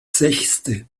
sechste